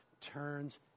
turns